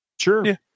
Sure